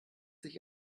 sich